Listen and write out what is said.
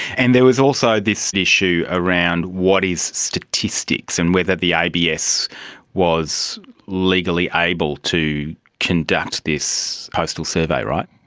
and there was also this issue around what is statistics and whether the abs was legally able to conduct this postal survey, right?